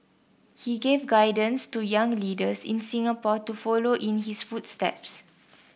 he gave guidance to young leaders in Singapore to follow in his footsteps